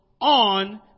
on